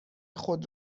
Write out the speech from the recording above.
خود